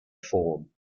form